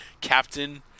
Captain